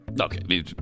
Okay